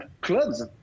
clubs